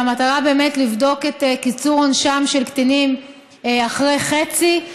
והמטרה באמת לבדוק את קיצור עונשם של קטינים אחרי חצי,